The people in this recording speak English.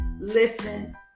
listen